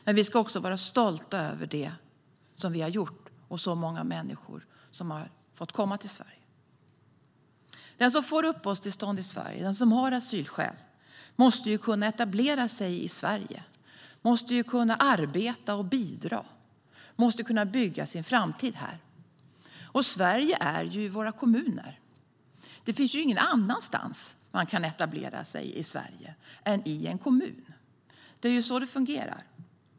Men vi ska också vara stolta över det som vi har gjort och över att så många människor har fått komma till Sverige. Den som får uppehållstillstånd i Sverige och har asylskäl måste kunna etablera sig i Sverige. Man måste kunna arbeta och bidra och bygga sin framtid här. Och Sverige är ju våra kommuner. Det finns ju ingen annanstans i Sverige man kan etablera sig än i en kommun. Det är så det fungerar.